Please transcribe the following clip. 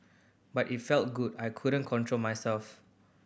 but it felt good I couldn't control myself